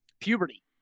puberty